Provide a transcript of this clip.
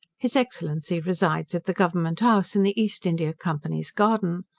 his excellency resides at the government house, in the east india company's garden.